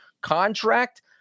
contract